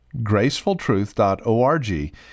GracefulTruth.org